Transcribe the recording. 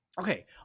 Okay